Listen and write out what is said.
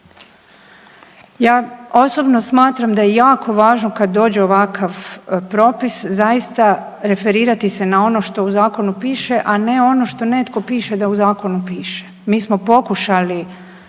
Ja osobno smatram da je jako važno kad dođe ovakav propis zaista referirati se na ono što u zakonu piše, a ne ono što netko piše da u zakonu piše. Mi smo pokušali